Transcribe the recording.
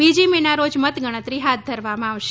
બીજી મેના રોજ મતગણતરી હાથ ધરવામાં આવશે